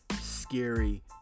scary